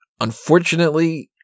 unfortunately